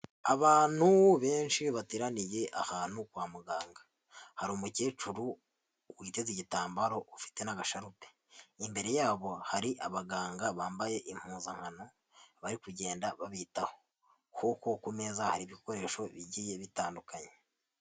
Abantu benshi bateraniye ahantu kwa muganga, hari umukecuru witeze igitambaro ufite n'agasharupe, imbere yabo hari abaganga bambaye impuzankano bari kugenda babitaho kuko ku meza hari ibikoresho bigiye bitandukanye.